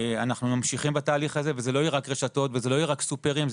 אנחנו ממשיכים בתהליך הזה וזה לא יהיה רק רשתות וזה לא יהיה רק סופרים,